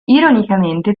ironicamente